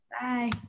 Bye